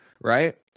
Right